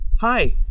Hi